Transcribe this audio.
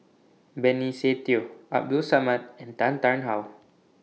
Benny Se Teo Abdul Samad and Tan Tarn How